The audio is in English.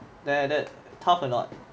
then that tough or not